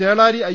Chelari I